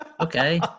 Okay